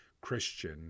Christian